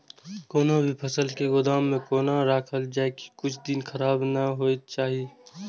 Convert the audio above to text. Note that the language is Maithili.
कोनो भी फसल के गोदाम में कोना राखल जाय की कुछ दिन खराब ने होय के चाही?